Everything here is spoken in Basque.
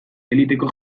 eliteko